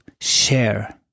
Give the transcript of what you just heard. share